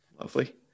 Lovely